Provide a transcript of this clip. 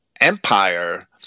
Empire